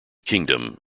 kingdom